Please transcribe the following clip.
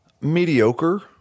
Mediocre